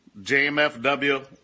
JMFW